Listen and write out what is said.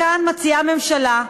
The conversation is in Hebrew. כאן מציעה הממשלה,